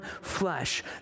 flesh